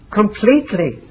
completely